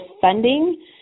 funding